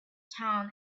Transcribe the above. town